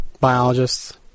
biologists